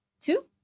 Two